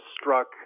struck